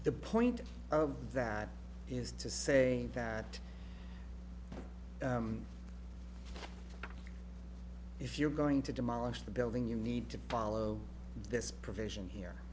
the point of that is to say that if you're going to demolish the building you need to follow this provision here